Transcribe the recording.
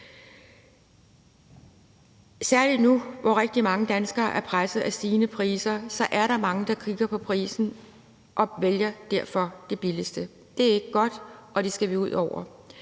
Særlig nu, hvor rigtig mange danskere er presset af stigende priser, er der mange, der kigger på prisen og derfor vælger det billigste. Det er ikke godt, og det skal vi væk